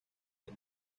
the